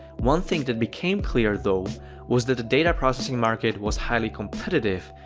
one thing that became clear though was that the data processing market was highly competitive,